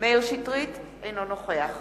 אינו נוכח